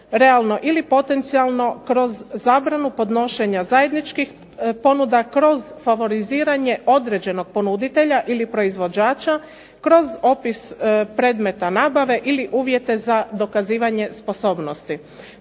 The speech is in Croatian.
realno ili potencijalno kroz zabranu podnošenja zajedničkih ponuda kroz favoriziranje određenog ponuditelja ili proizvođača kroz opis predmeta nabave ili uvjete za dokazivanje sposobnosti.